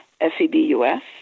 F-E-B-U-S